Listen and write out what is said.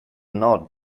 nod